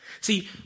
See